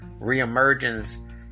reemergence